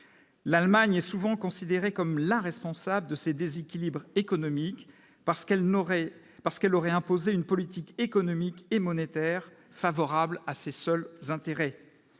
l'Allemagne est souvent considérée comme la responsable de ces déséquilibres économiques parce qu'elle n'aurait parce qu'elle aurait imposé une politique économique et monétaire favorable à ses seuls intérêts